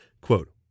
Quote